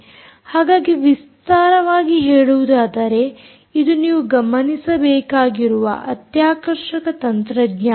ಹಾಗಾಗಿ ವಿಸ್ತಾರವಾಗಿ ಹೇಳುವುದಾದರೆ ಇದು ನೀವು ಗಮನಿಸಬೇಕಾಗಿರುವ ಅತ್ಯಾಕರ್ಷಕ ತಂತ್ರಜ್ಞಾನ